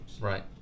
Right